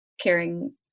caring